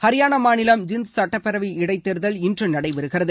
ஹரியானா மாநிலம் ஜின்டு சுட்டப் பேரவையில் இடைத் தேர்தல் இன்று நடைபெறுகிறது